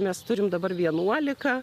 mes turime dabar vienuolika